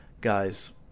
guys